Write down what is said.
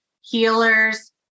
healers